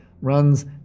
runs